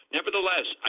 Nevertheless